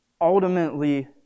ultimately